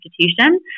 institution